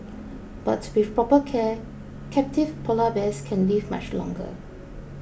but with proper care captive Polar Bears can live much longer